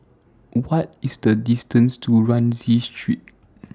What IS The distance to Rienzi Street